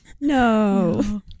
No